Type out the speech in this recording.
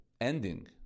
ending